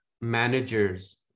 managers